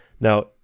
Now